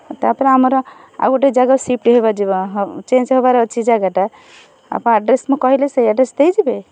ତା'ପରେ ଆମର ଆଉ ଗୋଟେ ଜାଗା ସିଫ୍ଟ୍ ହେବା ଯିବ ଚେଞ୍ଜ୍ ହେବାର ଅଛି ଜାଗାଟା ଆପଣ ଆଡ଼୍ରେସ୍ ମୁଁ କହିଲେ ସେହି ଆଡ଼୍ରେସ୍ ଦେଇଯିବେ